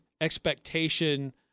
expectation